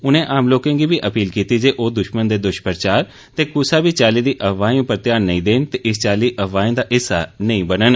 उनें आम लोकें गी बी अपील कीती जे ओ दुश्मन दे दुश्मवार ते कुसै बी चाल्ली दी अफवाहें उप्पर ध्यान नेंई देन ते इस चाल्ली अफवाहें दा हिस्सा नेंई बनन